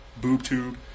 BoobTube